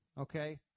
okay